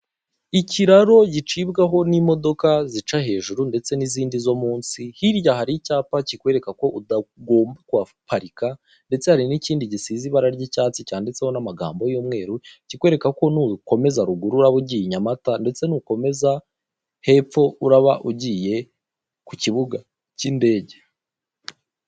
Ikiraro gicibwaho n'imodoka zica hejuru ndetse n'izindi zo munsi, hirya hari icyapa kikwereka ko utagomba kuhaparika, ndetse hari n'ikindi gisize ibara ry'icyatsi cyanditseho n'amagambo y'umweru, kikwereka ko ntugukomeza ruguru uraba ugiye i Nyamata, ndetse ntukomeza hepfo uraba ugiye ku kibuga cy'indege.